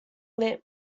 lit